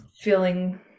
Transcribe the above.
feeling